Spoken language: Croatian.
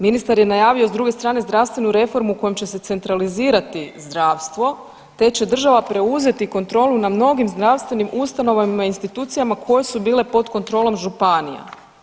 Ministar je najavio s druge strane zdravstvenu reformu u kojem će se centralizirati zdravstvo, te će Država preuzeti kontrolu na mnogim zdravstvenim ustanovama i institucijama koje su bile pod kontrolom županija.